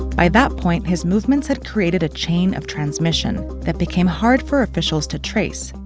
by that point his movements had created a chain of transmission that became hard for officials to trace.